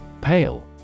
Pale